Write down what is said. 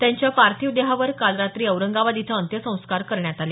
त्यांच्या पार्थिव देहावर काल रात्री औरंगाबाद इथं अंत्यसंस्कार करण्यात आले